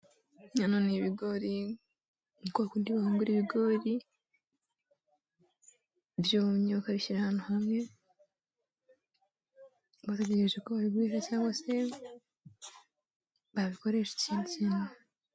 Bino ni ibigori, ni kwakundi bahungura ibigori byumye bakabishyira ahantu hamwe, bagategereza ko babigurisha cyangwase babikoresha ikindi kintu.